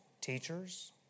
teachers